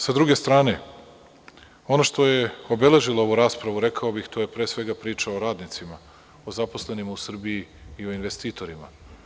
Sa druge strane, ono što je obeležilo ovu raspravu rekao bih to je, pre svega, priča o radnicima, o zaposlenima u Srbiji i o investitorima.